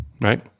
right